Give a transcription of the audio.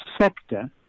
sector